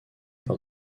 par